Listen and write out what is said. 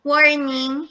Warning